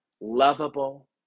lovable